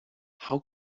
how